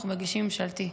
אנחנו מגישים ממשלתית,